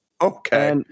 okay